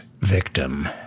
victim